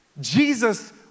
Jesus